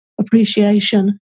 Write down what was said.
appreciation